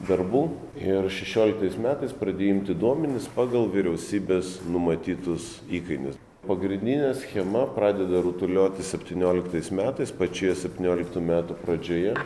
darbų ir šešioliktais metais pradėjo imti duomenis pagal vyriausybės numatytus įkainius pagrindinė schema pradeda rutuliotis septynioliktais metais pačioje septynioliktų metų pradžioje